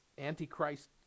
antichrist